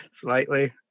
slightly